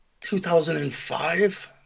2005